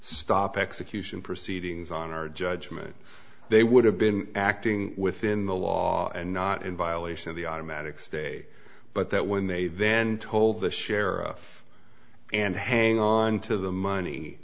stop execution proceedings on our judgment they would have been acting within the law and not in violation of the automatic stay but that when they then told the sheriff and hang on to the money